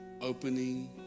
opening